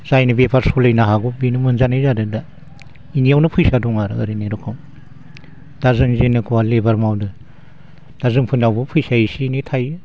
जायनो बेफार सालायनो हागौ बेनो मोनजानाय जादों दा बेनियावनो फैसा दं आरो ओरैनि रोखोम दा जों जेनेखुवा लेबार मावदों दा जोंफोरनियावबो फैसाया एसे एनै थायो